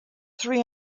three